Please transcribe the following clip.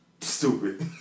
Stupid